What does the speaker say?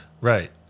Right